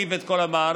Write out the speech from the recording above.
ונרכיב את כל המערכת.